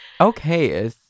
Okay